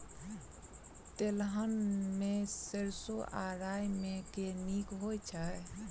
तेलहन मे सैरसो आ राई मे केँ नीक होइ छै?